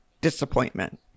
disappointment